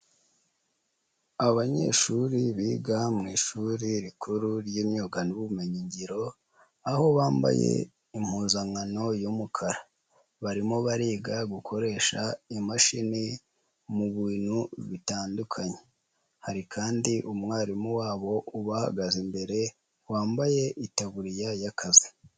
Abanyeshuri biga mu ishuri rikuru ry'imyuga n'ubumenyingiro, aho bambaye impuzankano y'umukara, barimo bariga gukoresha imashini mu bintu bitandukanye, hari kandi umwarimu wabo ubahagaze imbere wambaye itaburiya y'akazi.